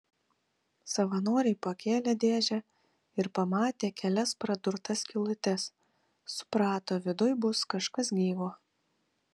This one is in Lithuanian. savanoriai pakėlė dėžę ir pamatė kelias pradurtas skylutes suprato viduj bus kažkas gyvo